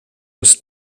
was